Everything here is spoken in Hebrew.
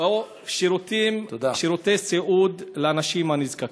או שירותי סיעוד לאנשים הנזקקים.